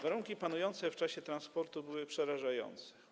Warunki panujące w czasie transportu były przerażające.